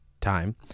time